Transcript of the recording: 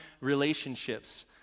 relationships